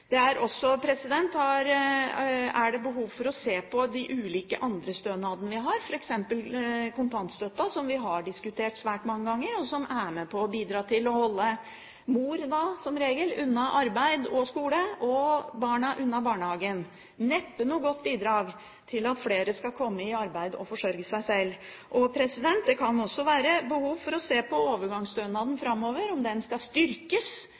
Det er også behov for å se på de ulike andre stønadene vi har, f.eks. kontantstøtten, som vi har diskutert svært mange ganger, og som er med på å bidra til å holde som regel mor unna arbeid og skole, og barna unna barnehagen – neppe noe godt bidrag til at flere skal komme i arbeid og forsørge seg selv. Det kan også være behov for å se på om overgangsstønaden framover skal styrkes på den